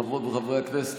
חברות וחברי הכנסת,